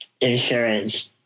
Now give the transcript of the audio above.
insurance